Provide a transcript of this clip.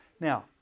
Now